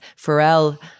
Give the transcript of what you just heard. Pharrell